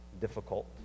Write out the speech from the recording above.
difficult